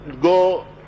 go